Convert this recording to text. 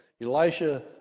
Elisha